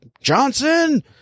Johnson